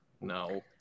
No